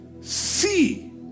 See